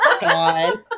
God